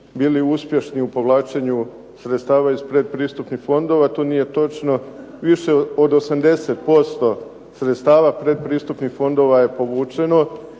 bili uspješni u povlačenju sredstava iz predpristupnih fondova. To nije točno. Više od 80% sredstava predpristupnih fondova je povućeno,